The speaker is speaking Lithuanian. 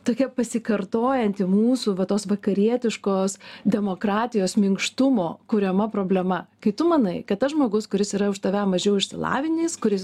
tokia pasikartojanti mūsų va tos vakarietiškos demokratijos minkštumo kuriama problema kai tu manai kad tas žmogus kuris yra už tave mažiau išsilavinęs kuris